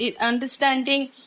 understanding